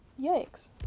Yikes